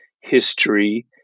history